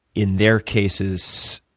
in their cases,